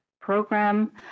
program